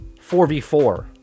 4v4